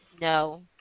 No